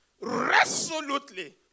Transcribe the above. Resolutely